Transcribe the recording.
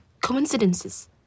coincidences